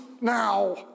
now